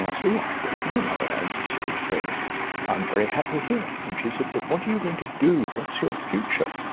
i said, i don't know, mother. i'm sort of i'm very happy here. and she said, but what are you going to do? what's your future?